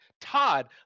Todd